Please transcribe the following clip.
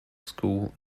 school